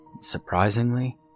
Surprisingly